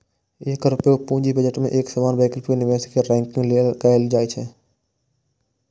एकर उपयोग पूंजी बजट मे एक समान वैकल्पिक निवेश कें रैंकिंग लेल कैल जाइ छै